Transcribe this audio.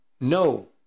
No